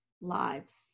lives